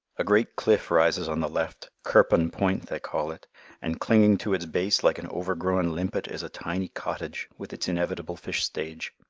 a great cliff rises on the left quirpon point they call it and clinging to its base like an overgrown limpet is a tiny cottage, with its inevitable fish stage.